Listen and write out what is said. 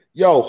yo